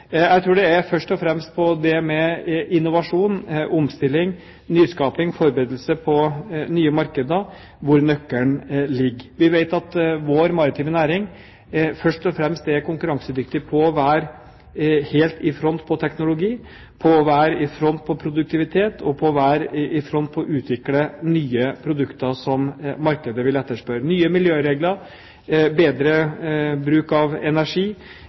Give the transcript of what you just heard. Jeg tror det først og fremst er på områdene innovasjon, omstilling, nyskaping og forberedelse på nye markeder at nøkkelen ligger. Vi vet at vår maritime næring først og fremst er konkurransedyktig på å være helt i front innen teknologi, å være i front på produktivitet og å være i front når det gjelder å utvikle nye produkter som markedet vil etterspørre. Nye miljøregler, bedre bruk av energi,